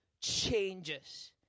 changes